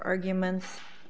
arguments